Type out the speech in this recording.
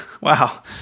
Wow